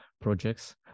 projects